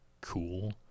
cool